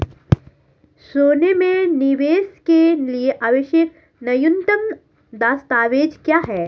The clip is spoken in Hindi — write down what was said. सोने में निवेश के लिए आवश्यक न्यूनतम दस्तावेज़ क्या हैं?